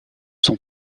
son